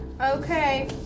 Okay